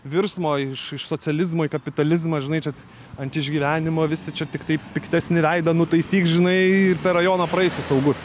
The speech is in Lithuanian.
virsmo iš iš socializmo į kapitalizmą žinai čia ant išgyvenimo visi čia tiktai piktesnį veidą nutaisyk žinai ir per rajoną praeisi saugus